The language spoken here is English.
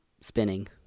spinning